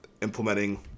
implementing